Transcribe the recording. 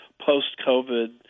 post-COVID